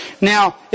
Now